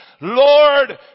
Lord